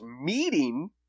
meeting